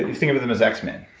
think of them as x men,